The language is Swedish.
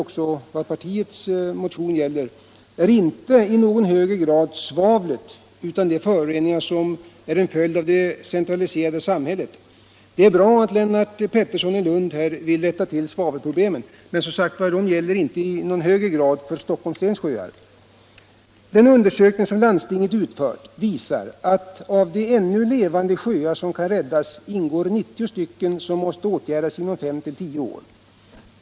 vad partiets motion gäller — är inte i någon högre grad svavlet, utan föroreningar, som är en följd av det centraliserade samhället. Det är bra att herr Pettersson i Lund vill rätta till svavelproblemet, men det gäller som sagt inte i någon högre grad för Stockholms läns sjöar. Den undersökning som landstinget utfört visar att av de ännu levande sjöar som kan räddas måste 90 stycken åtgärdas inom fem-tio år.